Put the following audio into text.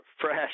fresh